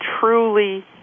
truly